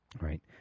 Right